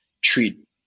treat